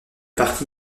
partie